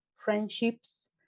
friendships